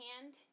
hand